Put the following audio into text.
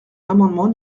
l’amendement